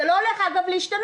זה לא הולך להשתנות,